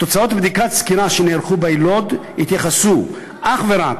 תוצאות בדיקת סקירה שנערכה ביילוד יתייחסו אך ורק